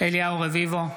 אליהו רביבו,